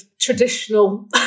traditional